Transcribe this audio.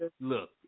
look